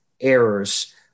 errors